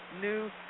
new